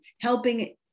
helping